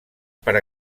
per